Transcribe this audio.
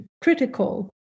critical